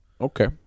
Okay